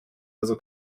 also